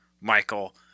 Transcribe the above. Michael